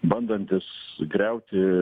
bandantis griauti